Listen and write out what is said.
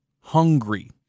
Hungry